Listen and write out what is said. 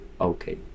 okay